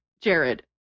Jared